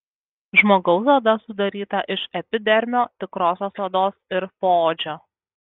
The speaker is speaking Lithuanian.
žmogaus oda sudaryta iš epidermio tikrosios odos ir poodžio